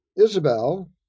Isabel